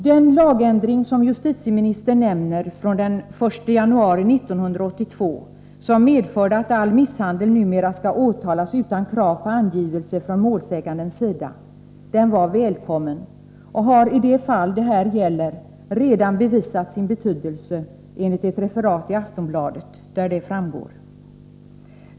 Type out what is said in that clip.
Den lagändring från den 1 januari 1982 som justitieministern nämner medförde att all misshandel numera skall åtalas utan krav på angivelse från målsägandens sida. Lagändringen var välkommen och har i det fall det här gäller redan bevisat sin betydelse — detta framgår av ett referat i Aftonbladet.